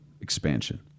expansion